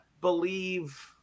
believe